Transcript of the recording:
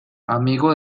amigo